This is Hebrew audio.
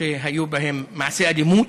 שהיו בהם מעשי אלימות,